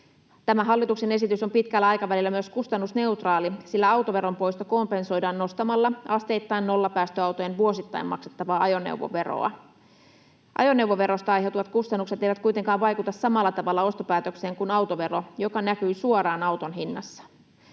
Tämä hallituksen esitys on pitkällä aikavälillä myös kustannusneutraali, sillä autoveron poisto kompensoidaan nostamalla asteittain nollapäästöautojen vuosittain maksettavaa ajoneuvoveroa. Ajoneuvoverosta aiheutuvat kustannukset eivät kuitenkaan vaikuta samalla tavalla ostopäätökseen kuin autovero, joka näkyy suoraan auton hinnassa.